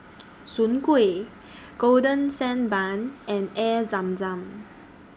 Soon Kway Golden Sand Bun and Air Zam Zam